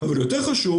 אבל יותר חשוב,